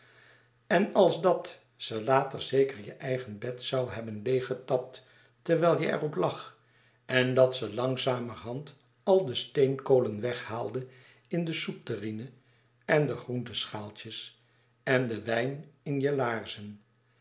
en als dat ze later zeker je eigen bed zou hebben leeggetapt terwijl je er op lag en dat ze langzamerhand al de steenkolen weghaalde in de soepterrine en de groenteschaaltjes en den wijn in je laarzen